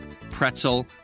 pretzel